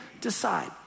decide